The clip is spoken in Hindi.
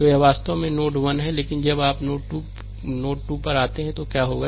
तो यह वास्तव में नोड 1 है लेकिन जब आप नोड 2 नोड 2 पर आते हैं तो क्या होगा